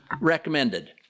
recommended